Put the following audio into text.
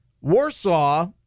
Warsaw